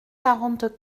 quarante